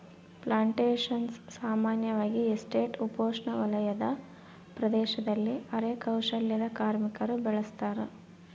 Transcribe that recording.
plantations ಸಾಮಾನ್ಯವಾಗಿ estate ಉಪೋಷ್ಣವಲಯದ ಪ್ರದೇಶದಲ್ಲಿ ಅರೆ ಕೌಶಲ್ಯದ ಕಾರ್ಮಿಕರು ಬೆಳುಸತಾರ